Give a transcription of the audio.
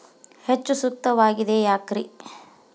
ಹೆಚ್ಚು ಸೂಕ್ತವಾಗಿದೆ ಯಾಕ್ರಿ?